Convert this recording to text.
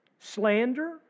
Slander